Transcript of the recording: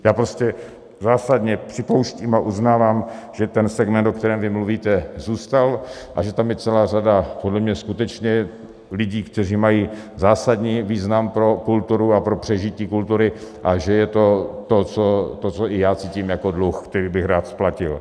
Já prostě zásadně připouštím a uznávám, že ten segment, o kterém vy mluvíte, zůstal a že tam je celá řada podle mě skutečně lidí, kteří mají zásadní význam pro kulturu a pro přežití kultury, a že je to, co i já cítím jako dluh, který bych rád splatil.